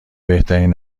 بهترین